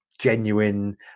genuine